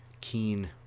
keen